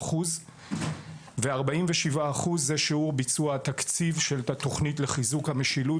15% ו- 47% זה הוא שיעור ביצוע התקציב של התוכנית לחיזוק המשילות,